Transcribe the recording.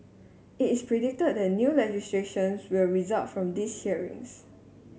it is predicted that new legislation will result from these hearings